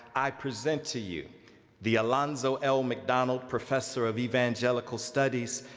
i present to you the alonzo l mcdonald professor of evangelical studies,